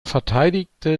verteidigte